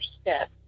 step